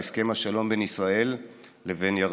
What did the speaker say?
על הסכם השלום בין ישראל לבין ירדן.